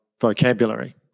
vocabulary